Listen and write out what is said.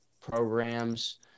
programs